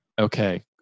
Okay